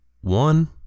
one